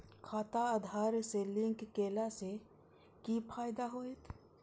खाता आधार से लिंक केला से कि फायदा होयत?